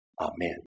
Amen